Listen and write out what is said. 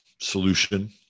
solution